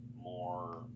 more